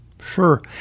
sure